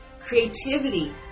creativity